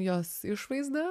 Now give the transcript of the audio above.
jos išvaizda